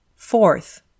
Fourth